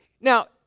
Now